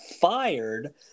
fired